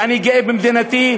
ואני גאה במדינתי,